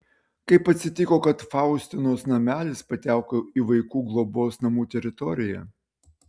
kaip atsitiko kad faustinos namelis pateko į vaikų globos namų teritoriją